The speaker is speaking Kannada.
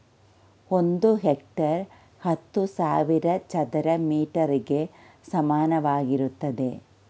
ಒಂದು ಹೆಕ್ಟೇರ್ ಹತ್ತು ಸಾವಿರ ಚದರ ಮೀಟರ್ ಗೆ ಸಮಾನವಾಗಿರುತ್ತದೆ